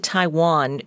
Taiwan